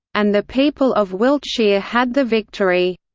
and the people of wiltshire had the victory.